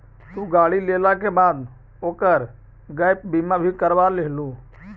तु गाड़ी लेला के बाद ओकर गैप बीमा भी करवा लियहून